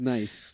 Nice